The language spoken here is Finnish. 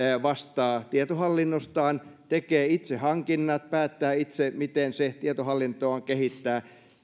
vastaa tietohallinnostaan tekee itse hankinnat päättää itse miten se tietohallintoaan kehittää